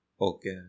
Okay